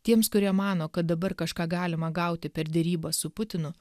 tiems kurie mano kad dabar kažką galima gauti per derybas su putinu